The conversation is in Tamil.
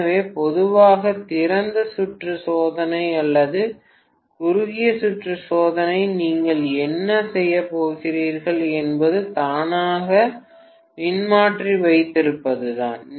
எனவே பொதுவாக திறந்த சுற்று சோதனை அல்லது குறுகிய சுற்று சோதனை நீங்கள் என்ன செய்யப் போகிறீர்கள் என்பது தானாக மின்மாற்றி வைத்திருப்பதுதான்